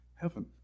Heaven